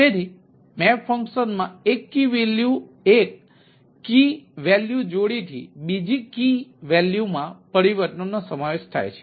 તેથી મેપ ફંકશનમાં એક કી વેલ્યૂ જોડીથી બીજી કી વેલ્યૂમાં પરિવર્તન નો સમાવેશ થાય છે